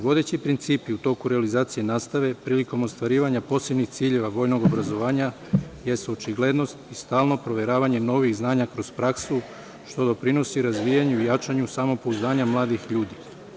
Vodeći principi u toku realizacije nastave, prilikom ostvarivanja posebnih ciljeva vojnog obrazovanja, jesu očiglednost i stalno proveravanje novih znanja kroz praksu, što doprinosi razvijanju i jačanju samopouzdanja mladih ljudi.